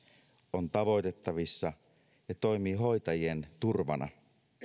on tavoitettavissa ja toimii hoitajien turvana